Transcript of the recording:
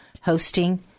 hosting